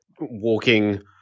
walking